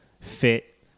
fit